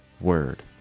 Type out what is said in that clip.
word